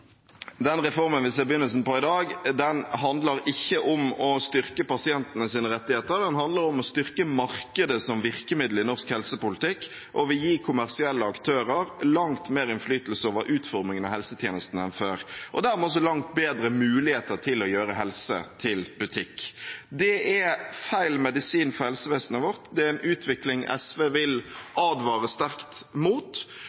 Den reformen vi ser begynnelsen på i dag, handler ikke om å styrke pasientenes rettigheter, den handler om å styrke markedet som virkemiddel i norsk helsepolitikk, og vil gi kommersielle aktører langt mer innflytelse over utformingen av helsetjenestene enn før og dermed også langt bedre muligheter til å gjøre helse til butikk. Det er feil medisin for helsevesenet vårt, det er en utvikling SV vil advare sterkt mot.